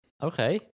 Okay